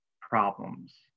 problems